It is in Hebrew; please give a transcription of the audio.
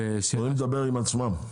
הם יכולים לדבר עם עצמם,